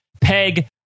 Peg